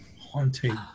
haunting